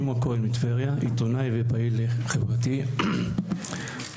אני עיתונאי ופעיל חברתי מטבריה.